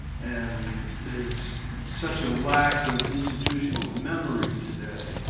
and there's such a lack of institutional memory today.